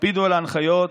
תקפידו על ההנחיות,